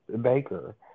baker